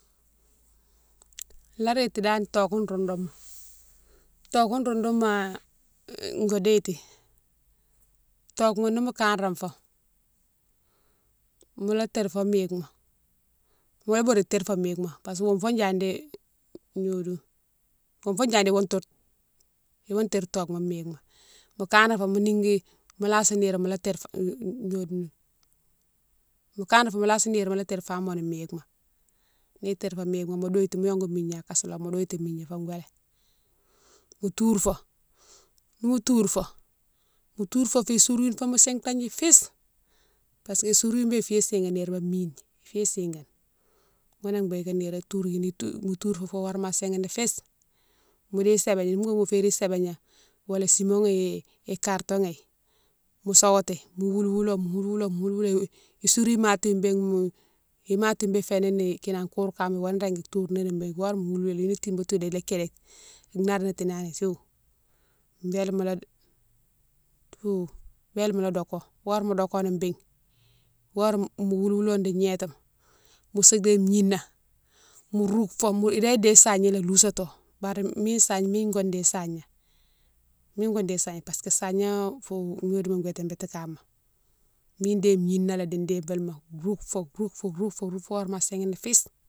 La réti dane togou roundouma, togou roundouma, go déti togouma nimo kanra fo mola tirfo mike ma, mola boure tirfo mike ma parce que wonfo yadi gnodiou, wonfo yadi wo toure, iwo tire togouma mike ma, mo kanrafo mo nigui, mo lasi nirema la tirfoni, gnodiouma, mo kanrafo ma lasi niroma la tirfamoni mike ma, ni tirfo mike ma mo douiltou mo yongou migna an kasiloré mo douiltou migna fo gouwélé, mo toure fo, nimo toure fo, mo touro fou sourou youne fomo sitandji fise parce que sourou youne béne ifiyé sigane nirema mine, ifiyé sigane, ghounné bigué niroma touri younou toure, mo tourfo foni horéma a sighini fise, mo déye sébégna ni boughoune mo férine sébégna wala cimon karton ghi mo soti, mo woulou woulo- mo woulou woulo- mo woulou woulo isourou matighone bé, imati bé iféni ni kinan koure kama iwa régui toure ni ni bé, horé mo woulou woulé younou tibat tou ila kidi bélé mola bélé mola doko, horé mo doko béne, horé mo woulou woulo di gnétima mosa déye gnina mo rouke fo, idé déye sahigna lé lousato bari mine sahigne mine go déye sahigna mine go déye sahigna parce que sahigna fou gnodiouma witine biti kama, mine déye gnina lé di dibilma rouke fo- rouke fo- rouke fo- fo horéma a sighine fise.